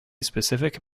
specific